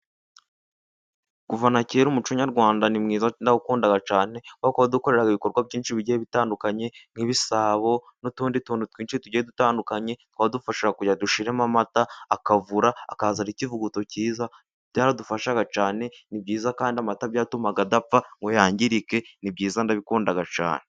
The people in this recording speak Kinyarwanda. Kuva nakera umuco nyarwanda ni mwiza ndawukunda cyane aho kuba dukorera ibikorwa byinshi bigiye bitandukanye nk'ibisabo, n'utundi tuntu twinshi tugiye dutandukanye, twadufasha dushiremo amata akavura akazana ikivuguto cyiza, byaradufashaga cyane ni byiza kandi amata byatumaga adapfa ngo yangirike ni byiza ndabikunda cyane.